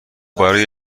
برای